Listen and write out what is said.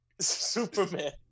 Superman